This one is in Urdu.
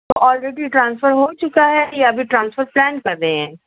تو آلریڈی ٹرانسفر ہو چکا ہے یا ابھی ٹرانسفر پلان کر رہے ہیں